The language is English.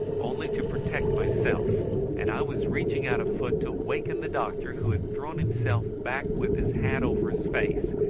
only to protect myself and i was reaching out a foot to awaken the doctor, who had thrown himself back with his hat over his face,